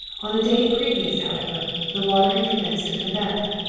on a day previous, however, the water had commenced to come back.